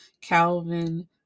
Calvin